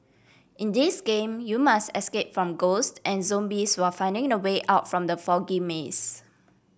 in this game you must escape from ghosts and zombies while finding the way out from the foggy maze